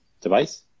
device